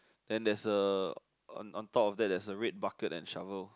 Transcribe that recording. then there's a on on top of that there's a red bucket and a shovel